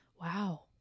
Wow